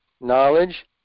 knowledge